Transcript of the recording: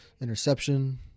interception